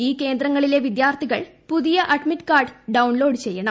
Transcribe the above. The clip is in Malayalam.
ഈ കേന്ദ്രങ്ങളിലെ വിദ്യാർത്ഥികൾ പുതിയ അഡ്മിറ്റ് കാർഡ് ഡൌൺലോഡ് ചെയ്യണം